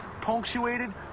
punctuated